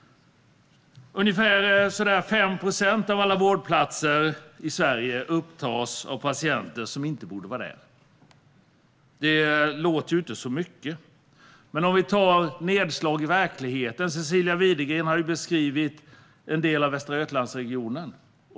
Ungefär 5 procent av alla vårdplatser i Sverige upptas av patienter som inte borde vara där. Det låter inte så mycket, men Cecilia Widegren beskrev hur det var i verkligheten i Västra Götalandsregionen.